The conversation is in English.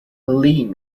helene